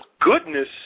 goodness